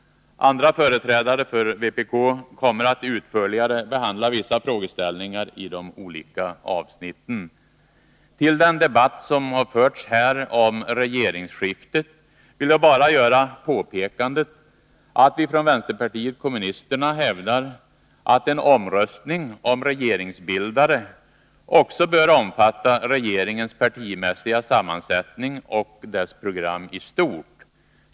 Andra företrädare för vpk kommer att utförligare behandla vissa frågeställningar i de olika avsnitten. Med anledning av den debatt som har förts här om regeringsskiftet, vill jag Nr 154 bara göra påpekandet att vi från vänsterpartiet kommunisterna hävdar att en Onsdagen den omröstning om regeringsbildare också bör omfatta regeringens partimässiga 25 maj 1983 sammansättning och dess program i stort.